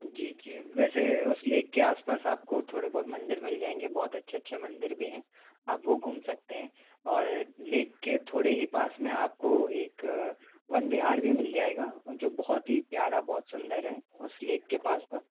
जी जी वैसे उस लेक के पास आपको थोड़े बहुत मंदिर मिल जाएंगे बहुत अच्छे अच्छे मंदिर भी है आप वो घूम सकते है और लेक के थोड़े ही पास में आपको एक वन विहार भी मिल जाएगा जो बहुत ही प्यारा बहुत सुंदर है उस लेक के पास का